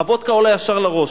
הוודקה עולה ישר לראש,